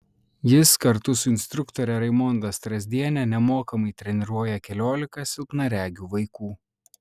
jis kartu su instruktore raimonda strazdiene nemokamai treniruoja keliolika silpnaregių vaikų